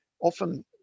often